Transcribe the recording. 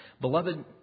Beloved